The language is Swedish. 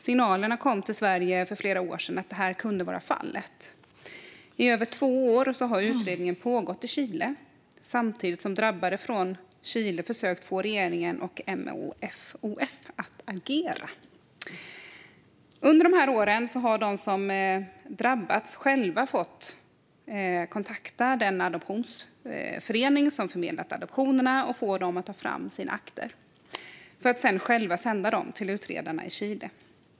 Signalerna om att detta kunde vara fallet kom till Sverige för flera år sedan. I över två år har en utredning pågått i Chile samtidigt som drabbade från Chile försökt få regeringen och MFoF att agera. Under de åren har de som drabbats själva fått kontakta den adoptionsförening som förmedlade adoptionerna och få den att ta fram deras akter. De drabbade har sedan själva fått sända akterna till utredarna i Chile.